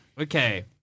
Okay